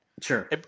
Sure